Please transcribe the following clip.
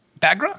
Bagra